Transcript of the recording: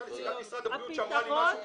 נמצאת כאן נציגת משרד הבריאות שאמרה לי משהו.